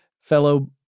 fellow